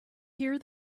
hear